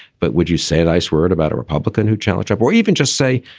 but would you say a nice word about a republican who challenge up or even just say,